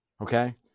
Okay